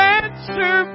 answer